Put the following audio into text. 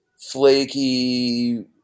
flaky